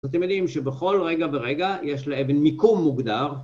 אז אתם יודעים שבכל רגע ורגע יש לאבן מיקום מוגדר